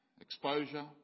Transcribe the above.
exposure